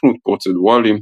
תכנות פרוצדורלי,